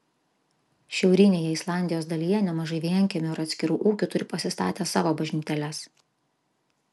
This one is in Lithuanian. šiaurinėje islandijos dalyje nemažai vienkiemių ar atskirų ūkių turi pasistatę savo bažnytėles